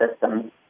systems